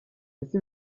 ese